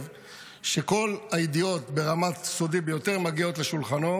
שכל הידיעות ברמת סודי ביותר מגיעות לשולחנו,